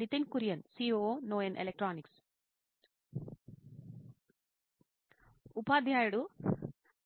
Nitin Kurian COO నోయిన్ electronics ఉపాధ్యాయుడు